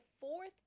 fourth